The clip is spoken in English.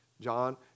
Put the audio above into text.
John